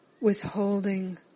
withholding